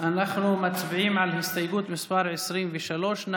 קבוצת סיעת יהדות התורה וקבוצת סיעת הציונות הדתית לסעיף 1 לא